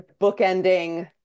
bookending